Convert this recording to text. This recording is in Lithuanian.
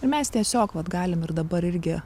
ir mes tiesiog vat galim ir dabar irgi